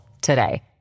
today